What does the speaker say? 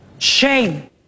Shame